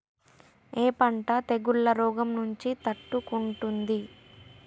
ఏ పంట తెగుళ్ల రోగం నుంచి తట్టుకుంటుంది?